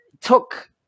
took